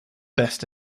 best